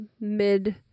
mid